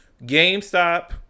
GameStop